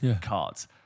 cards